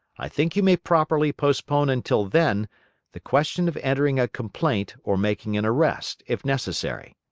i think you may properly postpone until then the question of entering a complaint or making an arrest, if necessary,